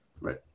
Right